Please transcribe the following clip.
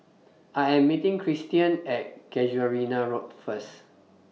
I Am meeting Tristian At Casuarina Road First